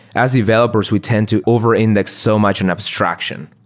as developers, we tend to over-index so much in abstraction.